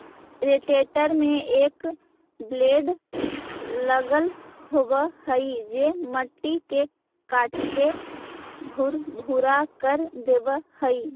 rotator में एक blade लगल होवऽ हई जे मट्टी के काटके भुरभुरा कर देवऽ हई